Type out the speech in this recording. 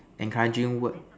encouraging words